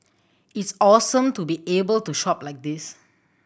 it's awesome to be able to shop like this